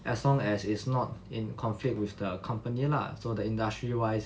as long as it's not in conflict with the company lah so the industry wise